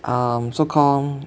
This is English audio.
um so called